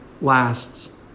lasts